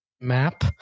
map